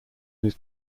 his